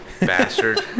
Bastard